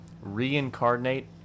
reincarnate